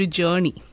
journey